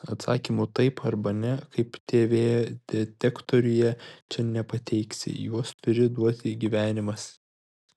atsakymų taip arba ne kaip tv detektoriuje čia nepateiksi juos turi duoti gyvenimas